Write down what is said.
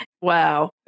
wow